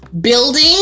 building